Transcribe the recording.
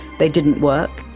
they didn't work,